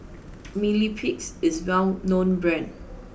Mepilex is a well known brand